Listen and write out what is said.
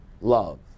love